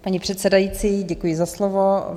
Paní předsedající, děkuji za slovo.